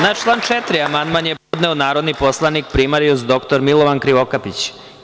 Na član 4. amandman je podneo narodni poslanik prim. dr Milovan Krivokapić.